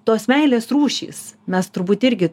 tos meilės rūšys mes turbūt irgi